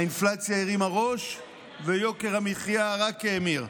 האינפלציה הרימה ראש ויוקר המחיה רק האמיר.